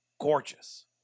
gorgeous